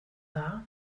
dda